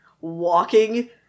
walking